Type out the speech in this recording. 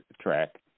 track